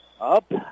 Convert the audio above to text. Up